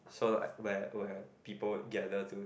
so like where where people gather to